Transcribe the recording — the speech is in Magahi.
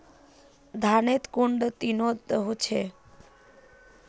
धान कुन दिनोत उगैहे